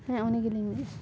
ᱦᱮᱸ ᱩᱱᱤ ᱜᱮᱞᱤᱧ ᱢᱮᱱᱮᱫᱼᱟ